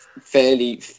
fairly